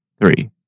Three